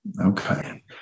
Okay